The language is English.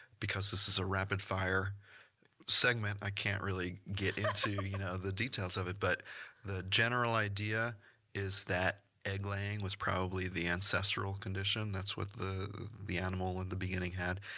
because this is a rapid-fire segment i can't really get into the um you know the details of it, but the general idea is that egg laying was probably the ancestral condition. that's what the the animal in the beginning had,